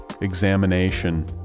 examination